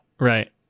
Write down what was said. Right